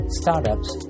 startups